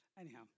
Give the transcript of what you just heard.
Anyhow